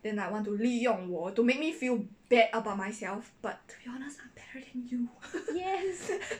yes